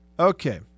Okay